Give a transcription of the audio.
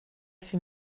für